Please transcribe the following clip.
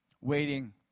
waiting